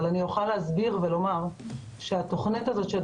אבל אני אוכל להסביר ולומר שהתוכנית הזאת שאת